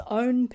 own